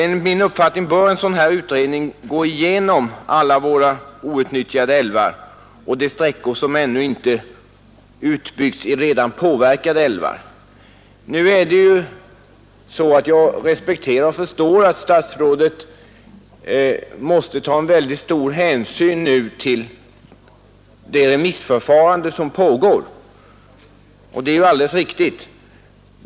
Enligt min uppfattning bör en sådan här utredning gå igenom alla våra outnyttjade älvar och de sträckor som ännu inte utbyggts i redan påverkade älvar. Jag respekterar och förstår att statsrådet måste ta stor hänsyn till det remissförfarande som pågår, och det är ju alldeles riktigt.